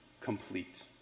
complete